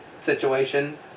situation